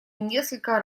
несколько